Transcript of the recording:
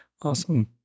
Awesome